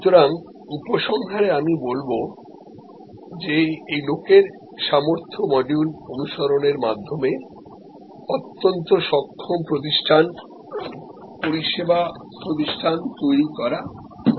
সুতরাং উপসংহারে আমি বলব যে লোকেদের ক্যাপাবিলিটির মডিউল বিচার করে অত্যন্ত সক্ষম পরিষেবা প্রতিষ্ঠান তৈরি করা যাবে